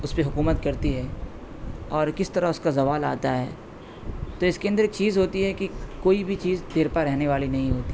اس پہ حکومت کرتی ہے اور کس طرح اس کا زوال آتا ہے تو اس کے اندر ایک چیز ہوتی ہے کہ کوئی بھی چیز دیر پا رہنے والی نہیں ہوتی ہے